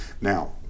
Now